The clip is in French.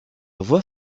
voie